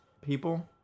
people